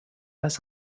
pas